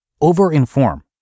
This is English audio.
over-inform